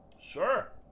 Sure